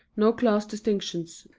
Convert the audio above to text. no class distinctions,